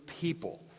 people